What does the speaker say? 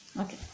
Okay